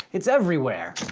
it's everywhere.